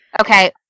Okay